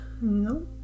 No